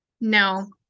No